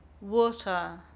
water